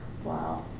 Wow